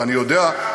ואני יודע,